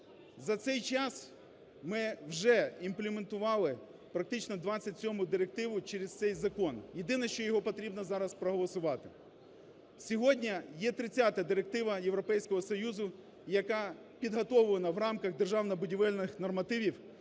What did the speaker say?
За цей час ми вже імплементували практично 27 Директиву через цей закон, єдине, що його потрібно зараз проголосувати. Сьогодні є 30 Директива Європейського Союзу, яка підготовлена в рамках державно-будівельних нормативів,